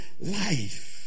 life